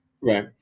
Right